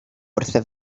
wrtho